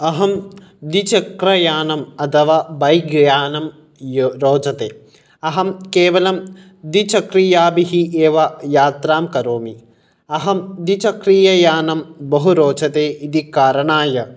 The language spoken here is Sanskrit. अहं द्विचक्रयानम् अथवा बैक् यानं रोचते अहं केवलं द्विचक्रिकयाभिः एव यात्रां करोमि अहं द्विचक्रिकयानं बहु रोचते इति कारणाय